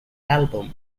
album